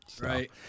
Right